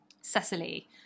Cecily